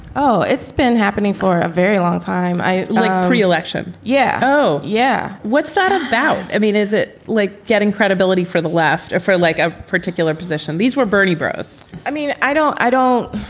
oh, it's been happening for a very long time. i like pre-election. yeah. oh, yeah. what's that about? i mean, is it like getting credibility for the left or for like a particular position? these were bernie bros i mean, i don't i don't.